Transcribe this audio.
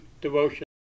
devotion